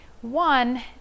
One